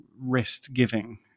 rest-giving